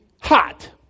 hot